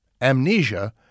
amnesia